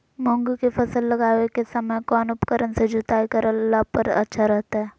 मूंग के फसल लगावे के समय कौन उपकरण से जुताई करला पर अच्छा रहतय?